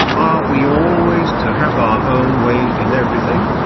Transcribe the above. are we always to have our own way in everything?